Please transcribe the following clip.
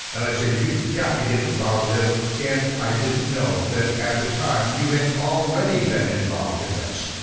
and i said, you've got to get involved with this and i didn't know that at the time, you had already been involved in this.